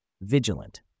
vigilant